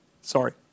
Sorry